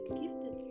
gifted